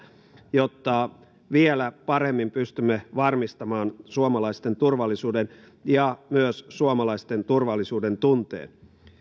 jotta vielä paremmin pystymme varmistamaan suomalaisten turvallisuuden ja myös suomalaisten turvallisuudentunteen